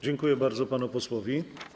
Dziękuję bardzo panu posłowi.